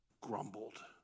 Grumbled